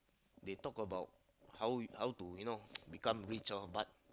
they talk about how you how to you know become rich lor but